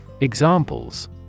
Examples